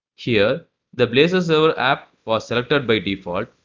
here the blazor server app was selected by default.